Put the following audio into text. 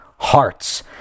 Hearts